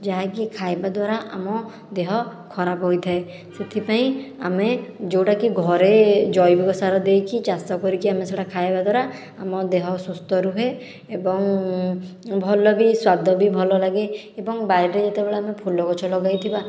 ଯାହାକି ଖାଇବା ଦ୍ଵାରା ଆମ ଦେହ ଖରାପ ହୋଇଥାଏ ସେଥିପାଇଁ ଆମେ ଯେଉଁଟାକି ଘରେ ଜୈବିକ ସାର ଦେଇକି ଚାଷ କରିକି ଆମେ ସେ'ଟା ଖାଇବା ଦ୍ଵାରା ଆମ ଦେହ ସୁସ୍ଥ ରୁହେ ଏବଂ ଭଲ ବି ସ୍ଵାଦ ବି ଭଲ ଲାଗେ ଏବଂ ବାଡ଼ିରେ ଯେତେବେଳେ ଆମେ ଫୁଲ ଗଛ ଲଗେଇଥିବା